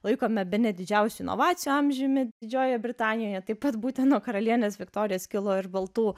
laikome bene didžiausių inovacijų amžiumi didžiojoje britanijoje taip pat būtent nuo karalienės viktorijos kilo ir baltų